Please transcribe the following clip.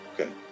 okay